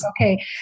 Okay